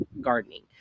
gardening